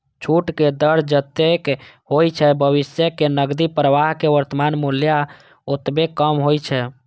छूटक दर जतेक होइ छै, भविष्यक नकदी प्रवाहक वर्तमान मूल्य ओतबे कम होइ छै